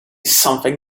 something